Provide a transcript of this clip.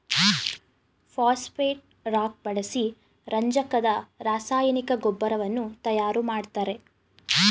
phosphate rock ಬಳಸಿ ರಂಜಕದ ರಾಸಾಯನಿಕ ಗೊಬ್ಬರವನ್ನು ತಯಾರು ಮಾಡ್ತರೆ